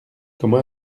comment